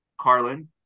Carlin